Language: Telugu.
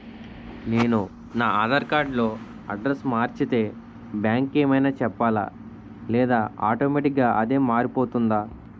నేను నా ఆధార్ కార్డ్ లో అడ్రెస్స్ మార్చితే బ్యాంక్ కి ఏమైనా చెప్పాలా లేదా ఆటోమేటిక్గా అదే మారిపోతుందా?